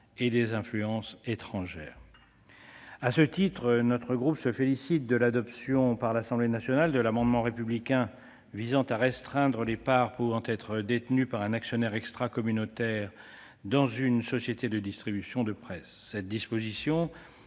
et des influences étrangères ». À ce titre, mon groupe se félicite de l'adoption par l'Assemblée nationale de l'amendement républicain visant à restreindre les parts pouvant être détenues par un actionnaire extracommunautaire dans une société de distribution de presse. Cette disposition